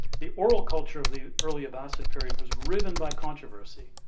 the oral culture of the early abbasid period was riven by controversy.